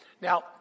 now